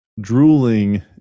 drooling